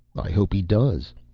hope he does.